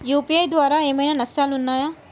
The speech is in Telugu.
యూ.పీ.ఐ ద్వారా ఏమైనా నష్టాలు ఉన్నయా?